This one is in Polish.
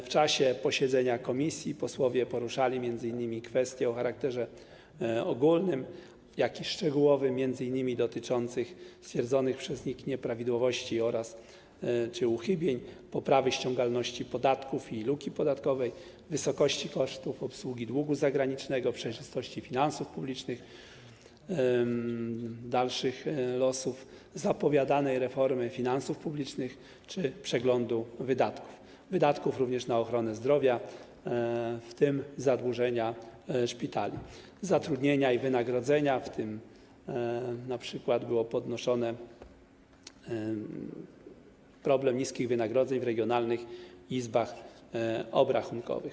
W czasie posiedzenia komisji posłowie poruszali m.in. kwestie zarówno o charakterze ogólnym, jak i szczegółowym, m.in. dotyczących stwierdzonych przez NIK nieprawidłowości czy uchybień, poprawy ściągalności podatków i luki podatkowej, wysokości kosztów obsługi długu zagranicznego, przejrzystości finansów publicznych, dalszych losów zapowiadanej reformy finansów publicznych czy przeglądu wydatków, również na ochronę zdrowia, w tym zadłużenia szpitali, zatrudnienia i wynagrodzenia, w tym np. był podnoszony problem niskich wynagrodzeń w regionalnych izbach obrachunkowych.